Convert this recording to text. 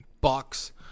bucks